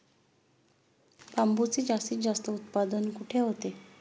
बांबूचे जास्तीत जास्त उत्पादन कुठे होते?